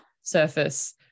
surface